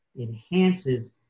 enhances